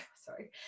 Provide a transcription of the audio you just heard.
sorry